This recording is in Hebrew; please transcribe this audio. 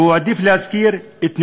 והעדיף להזכיר את נאומו,